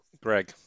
Greg